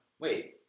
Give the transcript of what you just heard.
wait